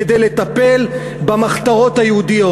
כדי לטפל במחתרות היהודיות.